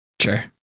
Sure